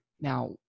Now